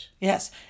Yes